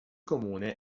comune